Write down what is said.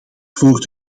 voor